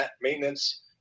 maintenance